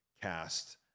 cast